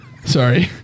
Sorry